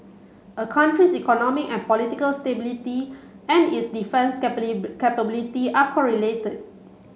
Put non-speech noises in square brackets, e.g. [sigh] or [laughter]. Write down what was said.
a country's economic and political stability and its defence [unintelligible] capability are correlated